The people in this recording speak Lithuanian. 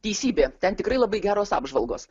teisybė ten tikrai labai geros apžvalgos